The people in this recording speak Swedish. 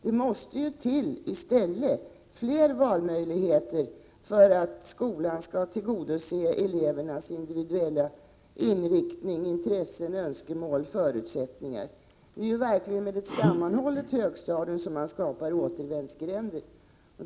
Det måste i stället till fler valmöjligheter för att skolan skall kunna tillgodose elevernas individuella inriktningar, intressen, önskemål och förutsättningar. Det är verkligen med ett sammanhållet högstadium som man skapar återvändsgränder.